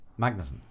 Magnussen